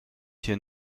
hier